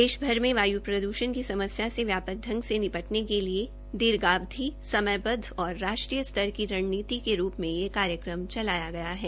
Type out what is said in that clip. देशभर में वायु प्रद्षण की समस्या से व्या क ंग से नि टने के लिए दीर्घावधि समयबद्व और राष्ट्रीय स्तर की रणनीति के रू मे यह कार्यक्रम चलाया गया है